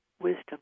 wisdom